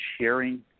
sharing